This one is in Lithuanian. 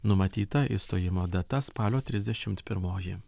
numatyta išstojimo data spalio trisdešimt pirmoji